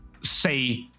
say